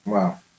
Wow